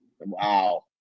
Wow